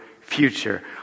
future